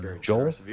Joel